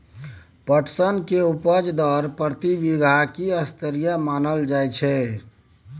पटसन के उपज दर प्रति बीघा की स्तरीय मानल जायत छै?